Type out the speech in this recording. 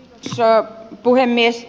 arvoisa puhemies